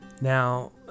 now